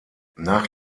nach